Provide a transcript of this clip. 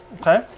Okay